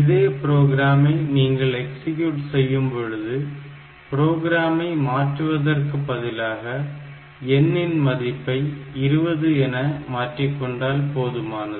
இதே புரோகிராமை நீங்கள் எக்ஸிக்யூட் செய்யும்பொழுது ப்ரோக்ராமை மாற்றுவதற்கு பதிலாக N இன் மதிப்பை 20 என்று மாற்றிக் கொண்டால் போதுமானது